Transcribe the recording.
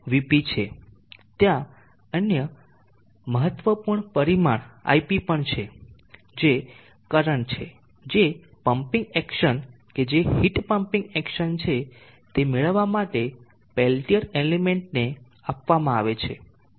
ત્યાં એક અન્ય મહત્વપૂર્ણ પરિમાણ ip પણ છે જે કરંટ છે જે પમ્પીંગ એક્શન કે જે હીટ પમ્પીંગ એક્શન છેતે મેળવવા માટે પેલ્ટીઅર એલિમેન્ટ ને આપવામાં આવે છે